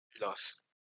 Lost